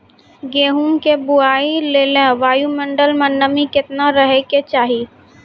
गेहूँ के बुआई लेल वायु मंडल मे नमी केतना रहे के चाहि?